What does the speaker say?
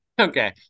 okay